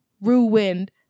ruined